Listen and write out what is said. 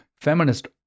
feminist